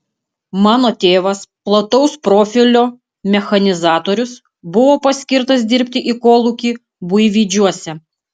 mano tėvas plataus profilio mechanizatorius buvo paskirtas dirbti į kolūkį buivydžiuose